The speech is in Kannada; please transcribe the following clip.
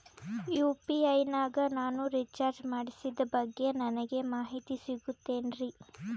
ಯು.ಪಿ.ಐ ನಾಗ ನಾನು ರಿಚಾರ್ಜ್ ಮಾಡಿಸಿದ ಬಗ್ಗೆ ನನಗೆ ಮಾಹಿತಿ ಸಿಗುತೇನ್ರೀ?